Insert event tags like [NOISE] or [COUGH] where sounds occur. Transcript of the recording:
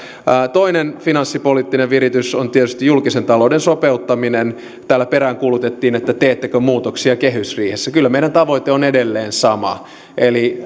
toinen finanssipoliittinen viritys on tietysti julkisen talouden sopeuttaminen täällä peräänkuulutettiin että teettekö muutoksia kehysriihessä kyllä meidän tavoitteemme on edelleen sama eli [UNINTELLIGIBLE]